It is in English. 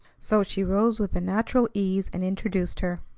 so she rose with a natural ease, and introduced her.